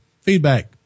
feedback